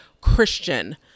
Christian